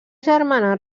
germana